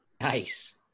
Nice